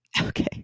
Okay